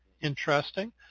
interesting